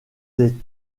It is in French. des